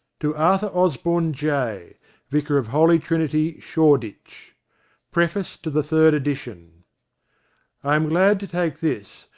to arthur osborne jay vicar of holy trinity, shoreditch preface to the third edition i am glad to take this,